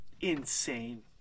insane